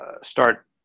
start